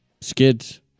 Skids